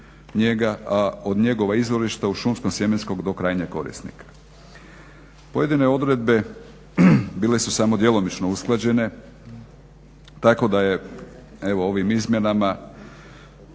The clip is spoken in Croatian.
a od njegova izvorišta u šumsko sjemensko do krajnjeg korisnika. Pojedine odredbe bile su samo djelomično usklađene tako da je ovim izmjenama